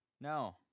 No